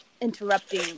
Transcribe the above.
interrupting